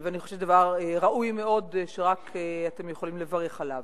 אני חושבת שזה דבר ראוי מאוד שאתם יכולים רק לברך עליו.